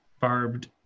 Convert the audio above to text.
barbed